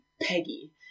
Peggy